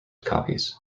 copies